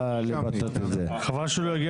וסוף סוף שמנו את המחלוקות בצד והחלטנו שהגיע הזמן להגיע